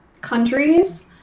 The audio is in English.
countries